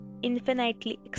infinitely